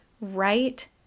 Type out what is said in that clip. right